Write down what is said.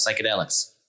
psychedelics